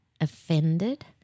offended